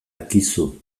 akizu